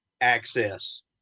access